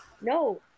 no